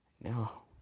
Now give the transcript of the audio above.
No